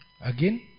Again